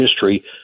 history